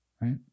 Right